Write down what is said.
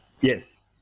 Yes